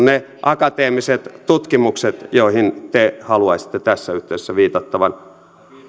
ne akateemiset tutkimukset joihin te haluaisitte tässä yhteydessä viitattavan